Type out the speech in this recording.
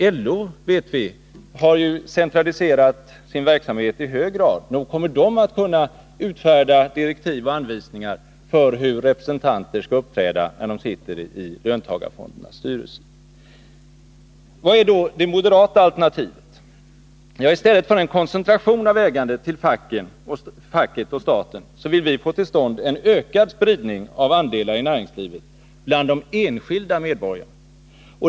Vi vet att LO i hög grad har centraliserat sin verksamhet. Nog kommer LO att kunna utfärda direktiv och anvisningar för hur representanterna skall uppträda när de sitter i löntagarfondernas styrelser. Vad är då det moderata alternativet? I stället för en koncentration av ägandet till facket och staten vill vi få till stånd en ökad spridning av andelar i näringslivet bland de enskilda medborgarna.